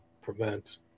prevent